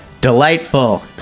delightful